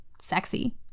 sexy